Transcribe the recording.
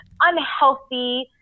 unhealthy